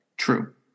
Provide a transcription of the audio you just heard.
true